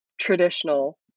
traditional